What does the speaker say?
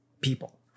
people